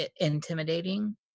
intimidating